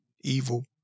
evil